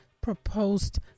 proposed